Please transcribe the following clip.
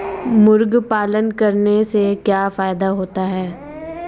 मुर्गी पालन करने से क्या फायदा होता है?